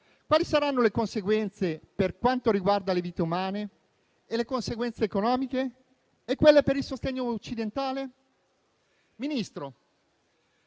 Quali saranno le conseguenze per quanto riguarda le vite umane? E le conseguenze economiche? E quelle per il sostegno occidentale? Ministro,